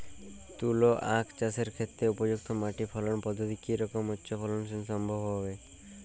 তুলো আঁখ চাষের ক্ষেত্রে উপযুক্ত মাটি ফলন পদ্ধতি কী রকম হলে উচ্চ ফলন সম্ভব হবে?